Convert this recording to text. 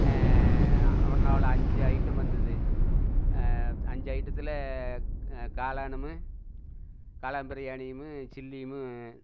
அஞ்சு ஐட்டம் இருந்தது அஞ்சு ஐட்டத்தில் காளானு காளான் பிரியாணியும் சில்லியும்